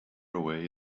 away